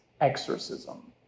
exorcism